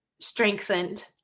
strengthened